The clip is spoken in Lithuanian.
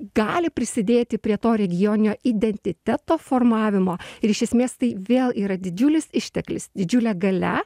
gali prisidėti prie to regioninio identiteto formavimo ir iš esmės tai vėl yra didžiulis išteklis didžiulė galia